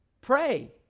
Pray